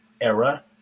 era